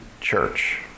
church